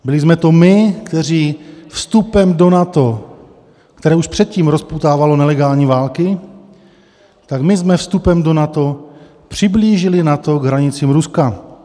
Byli jsme to my, kteří vstupem do NATO, které už předtím rozpoutávalo nelegální války, tak my jsme vstupem do NATO přiblížili NATO k hranicím Ruska.